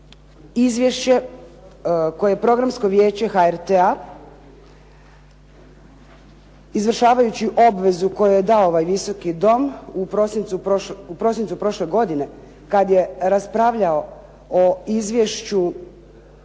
izvješće koje je Programsko vijeće HRT-a izvršavajući obvezu koju mu je dao ovaj Visoki dom u prosincu prošle godine kad je raspravljao o Godišnjem